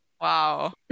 Wow